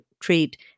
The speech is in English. treat